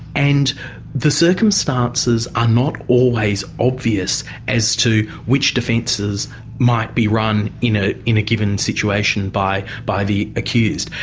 and the circumstances are not always obvious as to which defences might be run in ah in a given situation by by the accused.